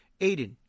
Aiden